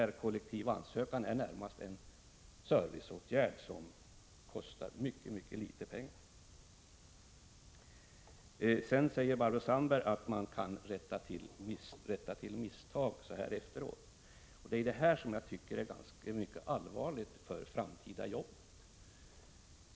Den kollektiva ansökan är närmast en serviceåtgärd som kostar mycket I litet pengar. Barbro Sandberg säger att man kan rätta till misstag så här efteråt. Det är det som jag tycker är mycket allvarligt för framtida jobb.